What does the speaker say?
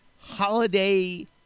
holiday